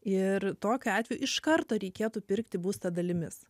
ir tokiu atveju iš karto reikėtų pirkti būstą dalimis